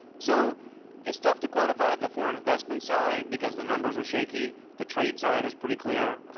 so it's tough to quantify the foreign investment side because the numbers are shaky. the trade side is pretty clear.